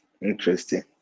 interesting